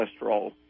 cholesterol